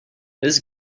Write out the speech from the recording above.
this